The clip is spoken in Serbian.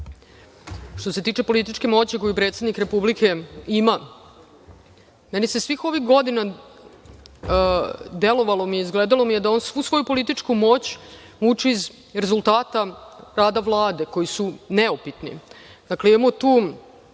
se tiče političke moći koju predsednik Republike ima, meni je svih ovih godina delovalo, izgledalo da on svu svoju političku moć uči iz rezultata rada Vlade koji su neupitni.